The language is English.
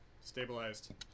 Stabilized